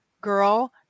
girl